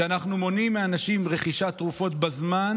כשאנחנו מונעים מאנשים רכישת תרופות בזמן,